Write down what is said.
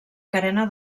carena